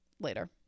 later